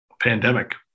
pandemic